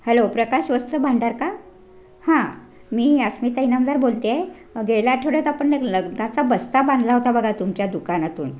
hello Prakash Vastra Bhandar का हां मी अस्मिता इनामदार बोलते आहे गेल्या आठवड्यात आपण लग्नाचा बस्ता बांधला होता बघा तुमच्या दुकानातून